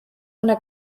una